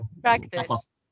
practice